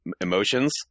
emotions